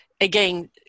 again